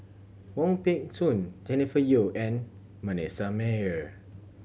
Wong Peng Soon Jennifer Yeo and Manasseh Meyer